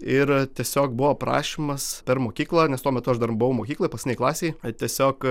ir tiesiog buvo prašymas per mokyklą nes tuo metu aš dar buvau mokykloj paskutinėj klasėj tiesiog